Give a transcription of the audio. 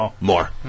More